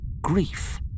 grief